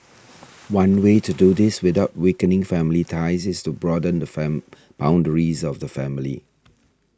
one way to do this without weakening family ties is to broaden the fame boundaries of the family